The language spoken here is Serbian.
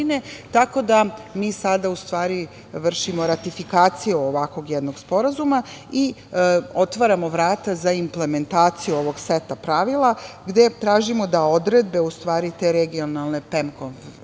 tako da mi sada vršimo ratifikaciju ovakvog jednog Sporazuma i otvaramo vrata za implementaciju ovog seta pravila gde tražimo da odredbe te regionalne PEM